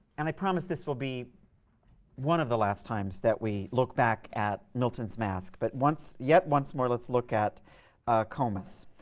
and i promise this will be one of the last times that we look back at milton's mask but yet once more, let's look at comus.